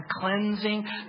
cleansing